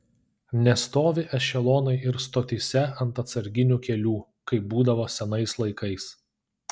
nestovi ešelonai ir stotyse ant atsarginių kelių kaip būdavo senais laikais